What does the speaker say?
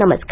नमस्कार